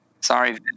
Sorry